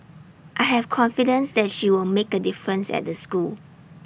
I have confidence that she'll make A difference at the school